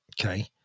Okay